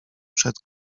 przed